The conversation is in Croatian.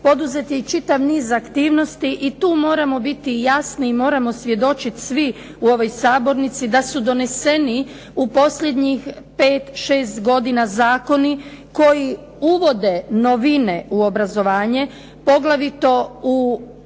poduzet je čitav niz aktivnosti i tu moramo biti jasni i moramo svjedočiti svi u ovoj Sabornici da su doneseni u posljednjih pet, šest godina zakoni koji uvode novine u obrazovanje, poglavito u područje